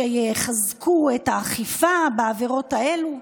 שיחזקו את האכיפה בעבירות האלו,